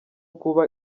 kuba